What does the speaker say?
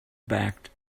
backed